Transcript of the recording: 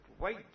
wait